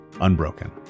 unbroken